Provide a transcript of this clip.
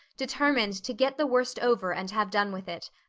determined to get the worst over and have done with it.